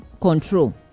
control